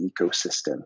ecosystem